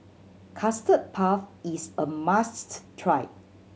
Custard Puff is a must try